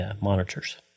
monitors